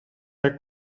haar